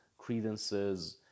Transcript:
credences